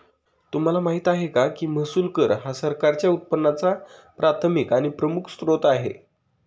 तुम्हाला माहिती आहे का की महसूल कर हा सरकारच्या उत्पन्नाचा प्राथमिक आणि प्रमुख स्त्रोत आहे